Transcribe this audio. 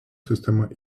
sistema